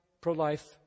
pro-life